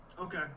Okay